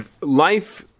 Life